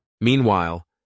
Meanwhile